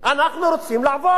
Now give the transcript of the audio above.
אנחנו רוצים לעבוד.